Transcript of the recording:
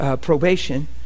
probation